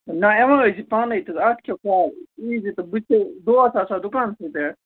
نہ یِوان ٲسۍزِ پانَے اَتھ کیٛاہ ییٖزِ تہٕ بہٕ تہِ چھُسٕے دۄہَس آسان دُکانسٕے پٮ۪ٹھ